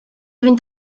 fynd